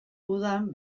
udan